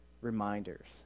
reminders